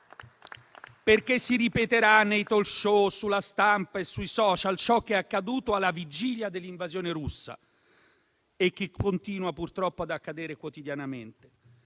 perché si ripeterà nei *talk show*, sulla stampa e sui *social* ciò che è accaduto alla vigilia dell'invasione russa e che purtroppo continua ad accadere quotidianamente: